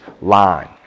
line